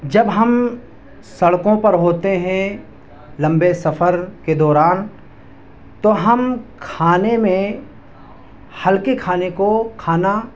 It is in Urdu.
جب ہم سڑکوں پر ہوتے ہیں لمبے سفر کے دوران تو ہم کھانے میں ہلکے کھانے کو کھانا